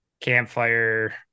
campfire